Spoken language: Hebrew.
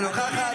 אינה נוכחת,